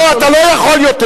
לא, אתה לא יכול יותר.